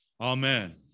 Amen